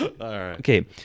okay